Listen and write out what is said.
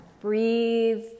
Breathe